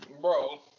bro